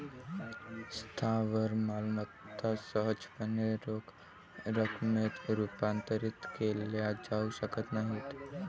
स्थावर मालमत्ता सहजपणे रोख रकमेत रूपांतरित केल्या जाऊ शकत नाहीत